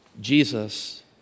Jesus